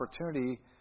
opportunity